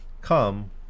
come